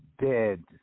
dead